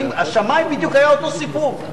השמאי, היה בדיוק אותו סיפור.